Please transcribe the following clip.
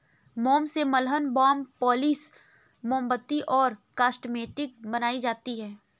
मोम से मलहम, बाम, पॉलिश, मोमबत्ती और कॉस्मेटिक्स बनाई जाती है